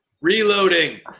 Reloading